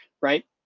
right